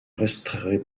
resterai